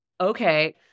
okay